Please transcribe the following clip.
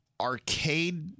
arcade